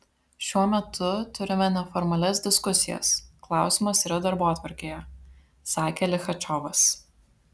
šiuo metu turime neformalias diskusijas klausimas yra darbotvarkėje sakė lichačiovas